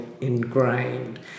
ingrained